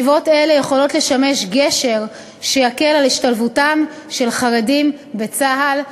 ישיבות אלה יכולות לשמש גשר שיקל את השתלבותם של חרדים בצה"ל,